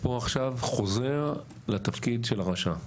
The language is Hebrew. תקשיבו, אני פה עכשיו חוזר לתפקיד של הרשע.